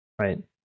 right